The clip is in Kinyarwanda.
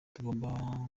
tugomba